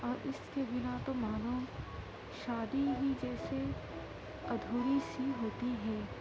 اور اس کے بنا تو مانو شادی ہی جیسے ادھوری سی ہوتی ہے